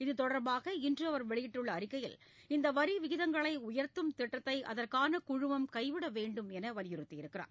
இத்தொடர்பாக இன்று அவர் வெளியிட்டுள்ள அறிக்கையில் இந்த வரி விகிதங்களை உயர்த்தும் திட்டத்தை அதற்கான குழுமம் கைவிட வேண்டும் என்றும் வலியுறுத்தியுள்ளார்